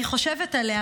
אני חושבת עליה,